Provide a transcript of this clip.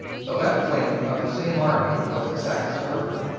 the left wing of the same army was at sackett's harbour,